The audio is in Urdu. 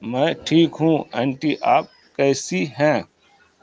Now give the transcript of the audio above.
میں ٹھیک ہوں انٹی آپ کیسی ہیں